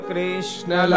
Krishna